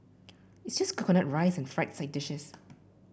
it's just coconut rice and fried side dishes